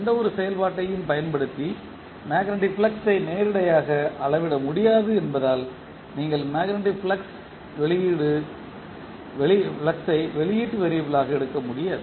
எந்தவொரு செயல்பாட்டையும் பயன்படுத்தி மேக்னெட்டிக் பிளக்ஸ் நேரடியாக அளவிட முடியாது என்பதால் நீங்கள் மேக்னெட்டிக் பிளக்ஸ் வெளியீட்டு வேறியபிள் யாக எடுக்க முடியாது